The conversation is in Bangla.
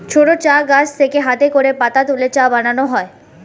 ছোট চা গাছ থেকে হাতে করে পাতা তুলে চা বানানো হয়